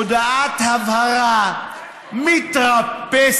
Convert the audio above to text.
הודעת הבהרה מתרפסת,